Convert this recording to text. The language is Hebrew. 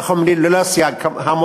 איך אומרים, ללא סייג.